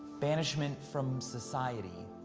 banishment from society,